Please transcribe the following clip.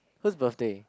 whose birthday